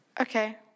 Okay